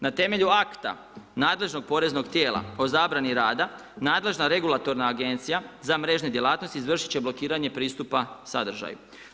Na temelju Akta nadležnog poreznog tijela o zabrani rada, nadležna regulatorna Agencija za mrežne djelatnosti, izvršit će blokiranje pristupa sadržaju.